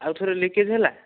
ଆଉ ଥରେ ଲିକେଜ ହେଲା